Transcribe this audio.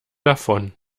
davon